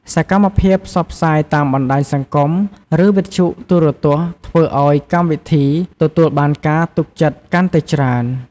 សកម្មភាពផ្សព្វផ្សាយតាមបណ្ដាញសង្គម ឬវិទ្យុទូរទស្សន៍ធ្វើឲ្យកម្មវិធីទទួលបានការទុកចិត្តកាន់តែច្រើន។